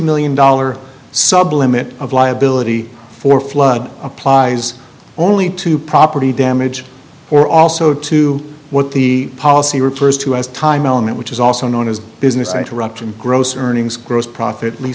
million dollar sub limit of liability for flood applies only to property damage or also to what the policy refers to as time element which is also known as business interruption gross earnings gross profit